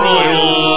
Royal